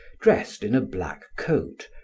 dressed in a black coat,